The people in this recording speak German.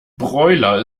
broiler